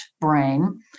brain